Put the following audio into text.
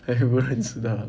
你不认识她